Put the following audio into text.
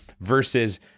versus